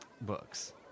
books